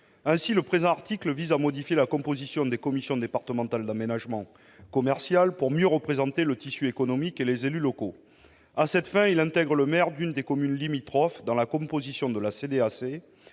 cosignée. Le présent article vise à modifier la composition des commissions départementales d'aménagement commercial, pour mieux représenter le tissu économique et les élus locaux. À cette fin, il intègre le maire d'une des communes limitrophes dans la composition de la CDAC,